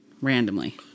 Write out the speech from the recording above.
Randomly